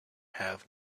have